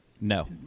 No